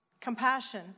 Compassion